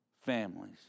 families